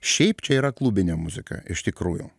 šiaip čia yra klubinė muzika iš tikrųjų